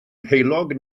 heulog